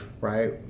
right